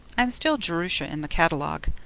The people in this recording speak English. i'm still jerusha in the catalogue,